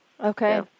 Okay